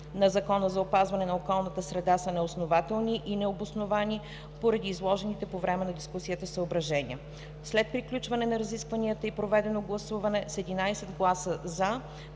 на Закона за опазване на околната среда са неоснователни и необосновани поради изложените по време на дискусията съображения. След приключване на разискванията и проведено гласуване, с 11 гласа „за”,